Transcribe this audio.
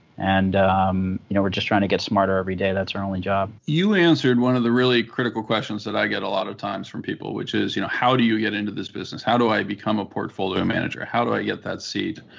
and um you know we're just trying to get smarter every day. that's our only job. mike green you answered one of the really critical questions that i get a lot of times from people, which is, you know how do you get into this business, how do i become a portfolio manager, how do i get that seed.